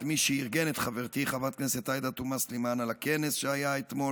את מי שארגן את הכנס שהיה אתמול,